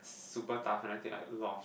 super tough and I take a lot of